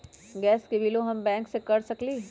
Gas के बिलों हम बैंक से कैसे कर सकली?